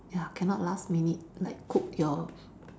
ya cannot last minute like cook your